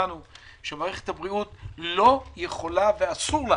כולנו שמערכת הבריאות לא יכולה ואסור לה